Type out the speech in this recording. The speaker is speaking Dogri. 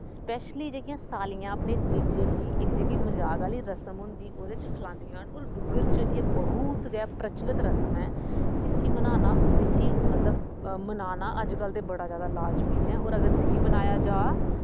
सपैशली जेह्की सालियां अपने जीजे गी इक जेह्की मजाक आह्ली रस्म होंदी ओह्दे बिच्च खलादियां न होर डुग्गर च एह् बहुत गै प्रचलत रस्म ऐ जिस्सी मनाना जिस्सी मतलव मनाना अज्जकल ते बड़ा लाजमी ऐ होर अगर नेईं मनाई जा